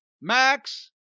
Max